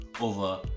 over